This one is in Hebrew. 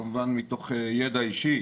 כמובן מתוך ידע אישי,